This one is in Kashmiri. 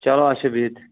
چلو اَچھا بِہِتھ